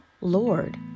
Lord